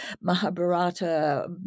Mahabharata